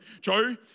Joe